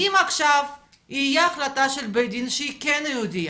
אם עכשיו תהיה החלטה של בית הדין שהיא כן יהודייה,